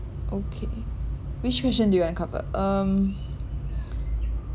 okay which question do you want to cover um